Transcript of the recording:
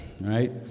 right